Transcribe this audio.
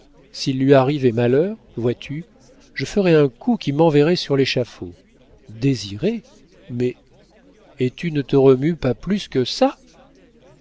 s'il lui arrivait malheur vois-tu je ferais un coup qui m'enverrait sur l'échafaud désiré mais et tu ne te remues pas plus que ça